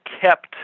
kept